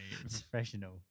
Professional